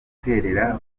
guterera